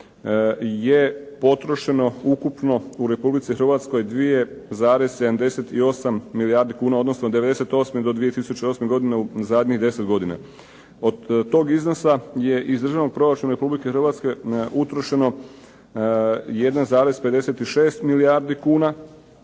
je potrošeno ukupno u Republici Hrvatskoj 2,78 milijardi kuna, odnosno '98. do 2008. godine u zadnjih 10 godina. Od tog iznosa je iz državnog proračuna Republike Hrvatske utrošeno 1,56 milijardi kuna,